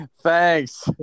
thanks